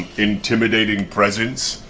intimidating presence.